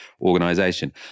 organization